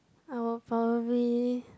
I would probably